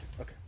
okay